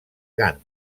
gant